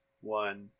one